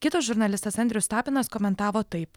kitas žurnalistas andrius tapinas komentavo taip